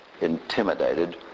intimidated